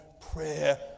prayer